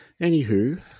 Anywho